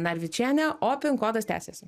narvičiene o pin kodas tęsiasi